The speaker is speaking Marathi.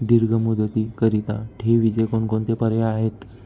दीर्घ मुदतीकरीता ठेवीचे कोणकोणते पर्याय आहेत?